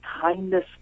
kindness